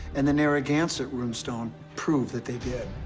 and the narragansett rune stone prove that they did.